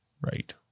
right